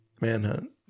Manhunt